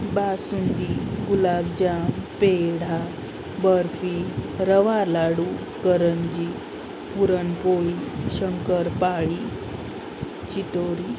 बासुंदी गुलाबजाम पेढा बर्फी रवा लाडू करंजी पुरणपोळी शंकरपाळी चितोरी